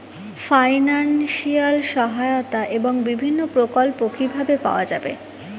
Financial সহায়তা এবং বিভিন্ন প্রকল্প কিভাবে পাওয়া যাবে?